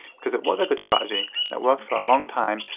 because it was a good strategy and it worked for a long time,